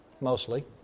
mostly